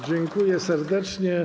Dziękuję serdecznie.